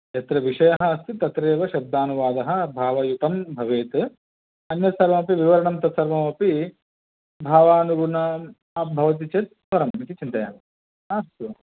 यत्र विषयः अस्ति तत्रैव शब्दानुवादः भावयुतं भवेत् अन्यत्सर्वमपि विवरणं तत्सर्वमपि भावानुगुणं भवति चेत् वरं इति चिन्तयामि अस्तु